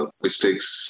mistakes